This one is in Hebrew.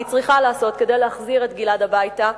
והיא צריכה לעשות כדי להחזיר את גלעד הביתה,